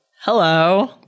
Hello